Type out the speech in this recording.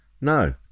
No